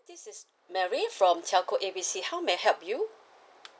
this is mary from telco A B C how may I help you